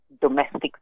domestic